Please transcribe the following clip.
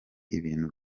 ibintu